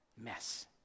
mess